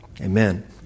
Amen